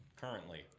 Currently